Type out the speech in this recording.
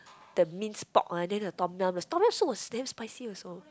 the minced pork one then the Tom-yum the Tom-yum soup was damn spicy also